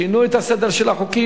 שינו את הסדר של החוקים.